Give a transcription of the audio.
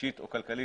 אישית או כלכלית,